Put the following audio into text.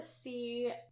see